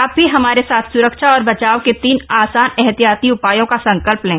आप भी हमारे साथ सुरक्षा और बचाव के तीन आसान एहतियाती उपायों का संकल्प लें